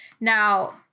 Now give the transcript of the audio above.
Now